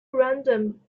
random